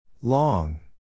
Long